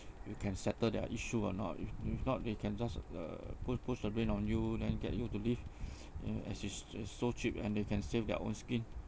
you can settle their issue or not if if not they can just uh push push the blame on you then get you to leave and and it's just so cheap and they can save their own skin